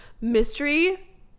mystery